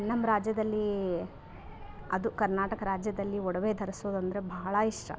ನಮ್ಮ ರಾಜ್ಯದಲ್ಲಿ ಅದು ಕರ್ನಾಟಕ ರಾಜ್ಯದಲ್ಲಿ ಒಡವೆ ಧರ್ಸುದಂದರೆ ಬಹಳ ಇಷ್ಟ